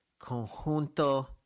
Conjunto